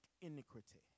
iniquity